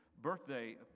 birthday